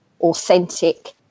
authentic